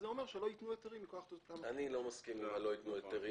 זה אומר שלא יתנו היתרים מכוח תמ"א 38. אני לא מסכים עם זה שלא יתנו היתרים.